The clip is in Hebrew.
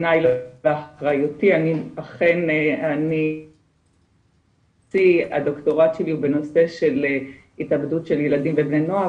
אני אכן -- -הדוקטורט שלי הוא בנושא של התאבדות ילדים ובני נוער,